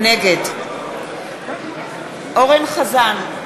נגד אורן אסף חזן,